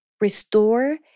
restore